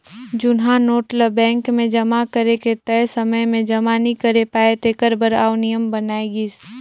जुनहा नोट ल बेंक मे जमा करे के तय समे में जमा नी करे पाए तेकर बर आउ नियम बनाय गिस